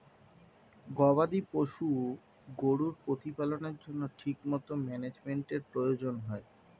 গবাদি পশু গরুর প্রতিপালনের জন্য ঠিকমতো ম্যানেজমেন্টের প্রয়োজন হয়